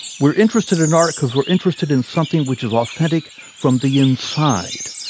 we're interested in art because we're interested in something which is authentic from the inside.